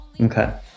Okay